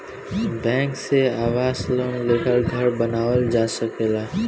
bank से आवास loan लेके घर बानावल जा सकेला